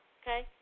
okay